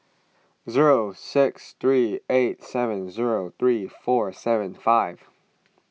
zero six three eight seven zero three four seven five